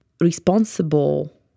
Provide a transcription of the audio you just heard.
responsible